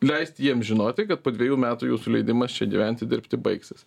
leisti jiem žinoti kad po dvejų metų jūsų leidimas čia gyventi dirbti baigsis